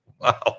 Wow